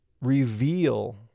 reveal